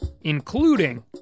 including